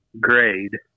grade